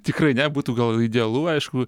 tikrai ne būtų gal idealu aišku